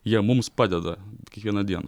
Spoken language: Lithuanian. jie mums padeda kiekvieną dieną